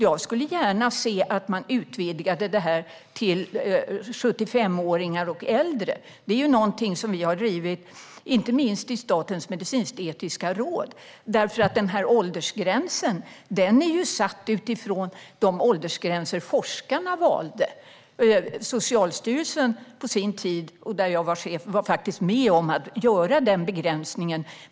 Jag skulle gärna se att man utvidgade detta till 75-åringar och äldre. Det är någonting som vi har drivit, inte minst i Statens medicinsk-etiska råd. Åldersgränsen är ju satt utifrån de åldersgränser som forskarna valde. Socialstyrelsen, där jag var chef, var på den tiden faktiskt med om att göra den begränsningen.